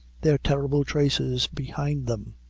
their terrible traces behind them.